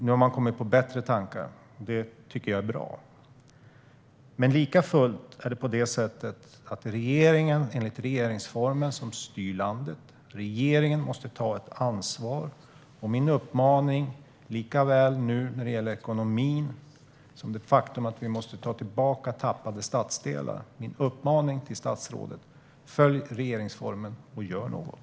Nu har man kommit på bättre tankar, och det tycker jag är bra. Likafullt är det enligt regeringsformen regeringen som styr landet och som måste ta ett ansvar. Min uppmaning till statsrådet, både när det gäller ekonomin och det faktum att vi måste ta tillbaka tappade stadsdelar, är: Följ regeringsformen, och gör något!